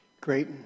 Great